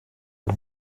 uyu